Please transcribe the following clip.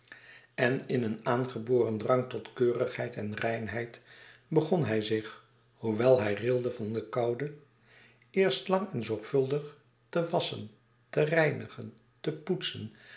en in een aangeboren drang tot keurigheid en reinheid begon hij zich hoewel hij rilde van de koude eerst lang en zorgvuldig te wasschen te reinigen te poetsen